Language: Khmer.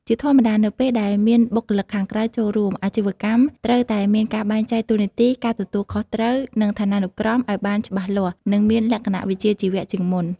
ជាធម្មតា នៅពេលដែលមានបុគ្គលិកខាងក្រៅចូលរួម អាជីវកម្មត្រូវតែមានការបែងចែកតួនាទី ការទទួលខុសត្រូវ និងឋានានុក្រមឲ្យបានច្បាស់លាស់ និងមានលក្ខណៈវិជ្ជាជីវៈជាងមុន។